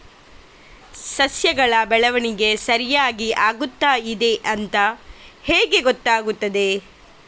ಸಸ್ಯಗಳ ಬೆಳವಣಿಗೆ ಸರಿಯಾಗಿ ಆಗುತ್ತಾ ಇದೆ ಅಂತ ಹೇಗೆ ಗೊತ್ತಾಗುತ್ತದೆ?